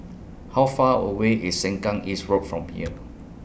How Far away IS Sengkang East Road from here